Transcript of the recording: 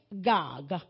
Gog